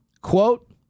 quote